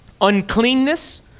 uncleanness